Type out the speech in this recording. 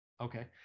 Okay